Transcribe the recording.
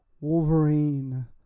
Wolverine